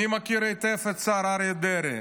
אני מכיר היטב את השר אריה דרעי,